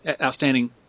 outstanding